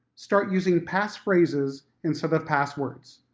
start using pass phrases instead of passwords,